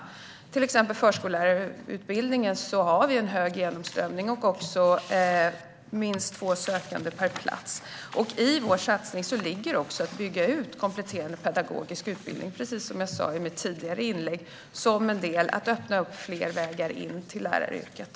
I till exempel förskollärarutbildningen är det en hög genomströmning och minst två sökande per plats. I vår satsning ligger också att bygga ut kompletterande pedagogisk utbildning, precis som jag sa i mitt tidigare inlägg, som ett sätt att öppna fler vägar in till läraryrket.